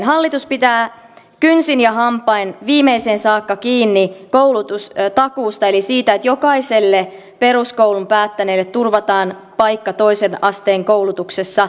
hallitus pitää kynsin ja hampain viimeiseen saakka kiinni koulutustakuusta eli siitä että jokaiselle peruskoulun päättäneelle turvataan paikka toisen asteen koulutuksessa